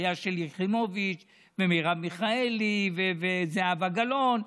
היו שלי יחימוביץ' ומרב מיכאלי וזהבה גלאון,